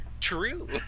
true